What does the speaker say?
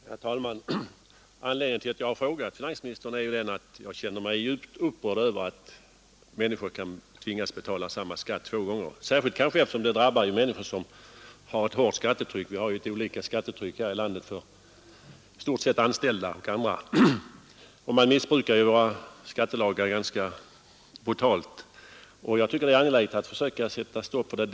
Herr talman! Anledningen till att jag har ställt min enkla fråga till finansministern är att jag känner mig djupt upprörd över att människor kan tvingas betala samma skatt två gånger, särskilt som det drabbar personer som har ett hårt skattetryck. Vi har ju inte i vårt land lika skattetryck för anställda och andra och man missbrukar våra skattelagar ganska brutalt. Jag tycker att det är angeläget att försöka sätta stopp för detta.